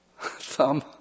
thumb